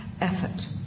effort